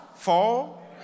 Four